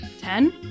Ten